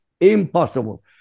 Impossible